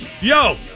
Yo